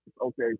Okay